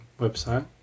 website